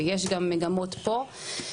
ויש גם מגמות פה.